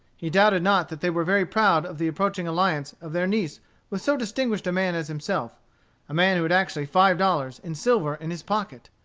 he doubted not that they were very proud of the approaching alliance of their niece with so distinguished a man as himself a man who had actually five dollars, in silver, in his pocket.